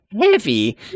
heavy